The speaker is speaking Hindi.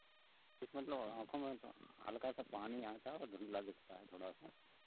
किस मतलब आँखों में हल्का सा पानी आता और धुंदला दिखता है थोड़ा सा